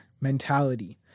mentality